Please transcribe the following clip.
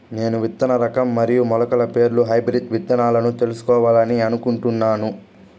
నేను విత్తన రకం మరియు మొలకల పేర్లు హైబ్రిడ్ విత్తనాలను తెలుసుకోవాలని అనుకుంటున్నాను?